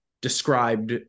described